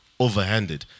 overhanded